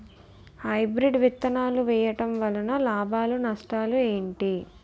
Hybrid విత్తనాలు వేయటం వలన లాభాలు నష్టాలు ఏంటి?